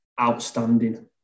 outstanding